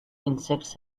insects